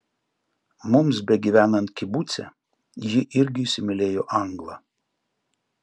mums begyvenant kibuce ji irgi įsimylėjo anglą